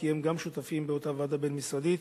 כי הן גם שותפות באותה ועדה בין-משרדית.